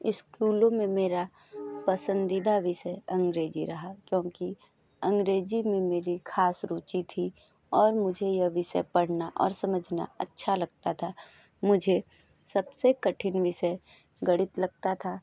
स्कूलों में मेरा पसंदीदा विषय अंग्रेजी रहा क्योंकि अंग्रेजी में मेरी खास रुचि थी और मुझे यह विषय पढ़ना और समझना अच्छा लगता था मुझे सबसे कठिन विषय गणित लगता था